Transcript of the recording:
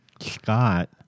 Scott